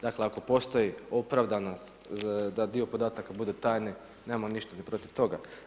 Dakle, ako postoji opravdanost da dio podataka bude tajno, nemamo ništa ni protiv toga.